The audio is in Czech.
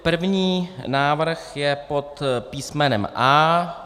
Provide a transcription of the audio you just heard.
První návrh je pod písmenem A.